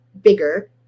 bigger